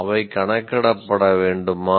அவை கணக்கிடப்பட வேண்டுமா